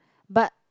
but